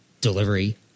delivery